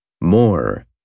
more